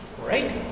Right